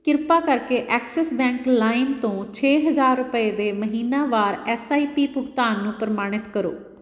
ਕਿਰਪਾ ਕਰਕੇ Axis Bank ਲਾਇਮ ਤੋਂ ਛੇ ਹਜ਼ਾਰ ਰੁਪਏ ਦੇ ਮਹੀਨਾਵਾਰ ਐਸ ਆਈ ਪੀ ਭੁਗਤਾਨ ਨੂੰ ਪ੍ਰਮਾਣਿਤ ਕਰੋ